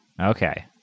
Okay